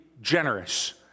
generous